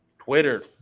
Twitter